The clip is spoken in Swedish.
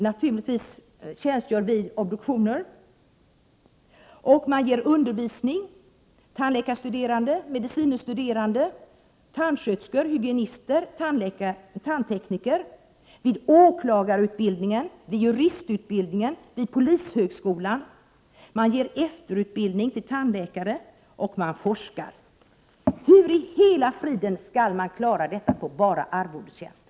Naturligtvis tjänstgör man vid obduktioner, men man meddelar också undervisning till tandläkarstuderande, medicine studerande, tandsköterskor och hygienister samt tandtekniker. Vidare meddelas undervisning vid åklagarutbildningen, juristutbildningen och polishögskolan. Slutligen ger rättsodontologen efterutbildning till tandläkare samt forskar. Hur i hela friden skall man klara detta på enbart arvodestjänster?